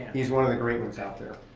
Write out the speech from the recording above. he's one of the great ones out there.